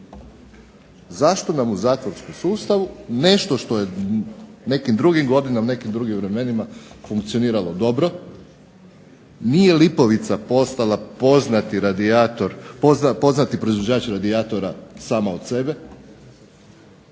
Zašto nam u zatvorskom sustavu nešto što je nekim drugim godinama u nekim drugim vremenima funkcioniralo dobro? Nije "Lipovica" postala poznati proizvođač radijatora sama od sebe,